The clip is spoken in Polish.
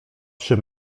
przy